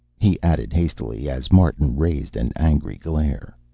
he added hastily as martin raised an angry glare.